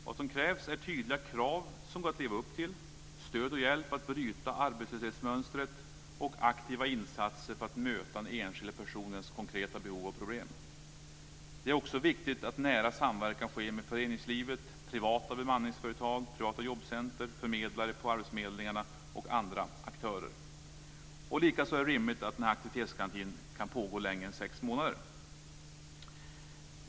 Vad som behövs är tydliga krav som det går att leva upp till, stöd och hjälp för att bryta arbetslöshetsmönstret och aktiva insatser för att möta den enskildes konkreta behov och problem. Det är också viktigt att en nära samverkan sker med föreningslivet, privata bemanningsföretag, privata jobbcentrum, förmedlare på arbetsförmedlingarna och andra aktörer. Likaså är det rimligt att den här aktivitetsgarantin kan pågå längre än sex månader.